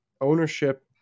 ownership